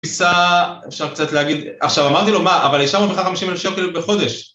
פיסה, אפשר קצת להגיד, עכשיו אמרתי לו מה, אבל השארנו לך 150,000 שוקל בחודש.